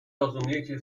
rozumiecie